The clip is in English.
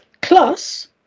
Plus